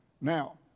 Now